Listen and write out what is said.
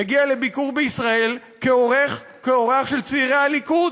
מגיע לביקור בישראל כאורח של צעירי הליכוד.